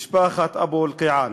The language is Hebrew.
משפחת אבו אלקיעאן.